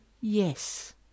Yes